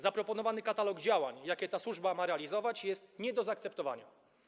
Zaproponowany katalog działań, jakie ta służba ma realizować, jest nie do zaakceptowania.